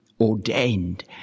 ordained